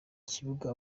kibuga